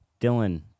Dylan